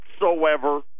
whatsoever